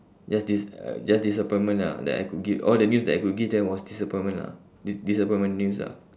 just dis~ uh just disappointment lah that I could give all the news I could give them was disappointment lah dis~ disappointment news lah